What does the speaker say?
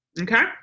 okay